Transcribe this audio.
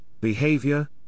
behavior